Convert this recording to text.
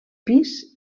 pis